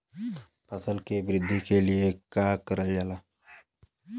फसल मे वृद्धि के लिए का करल जाला?